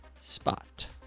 spot